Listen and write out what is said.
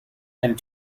and